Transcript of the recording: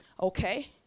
okay